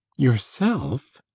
yourself!